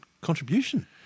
contribution